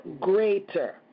greater